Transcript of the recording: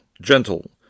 gentle